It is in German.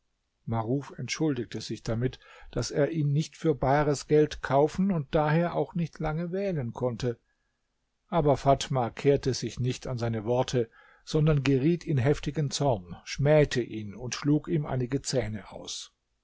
maruf entschuldigte sich damit daß er ihn nicht für bares geld kaufen und daher auch nicht lange wählen konnte aber fatma kehrte sich nicht an seine worte sondern geriet in heftigen zorn schmähte ihn und schlug ihm einige zähne aus